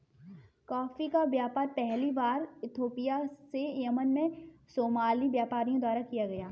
coffee का व्यापार पहली बार इथोपिया से यमन में सोमाली व्यापारियों द्वारा किया गया